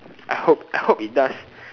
I hope I hope it does